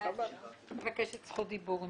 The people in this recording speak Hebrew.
גם מבקשת זכות דיבור.